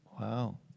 Wow